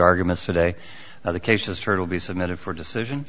arguments today of the cases turtle be submitted for decision